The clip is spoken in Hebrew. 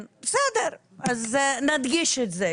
בסדר, אז נדגיש את זה.